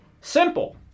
Simple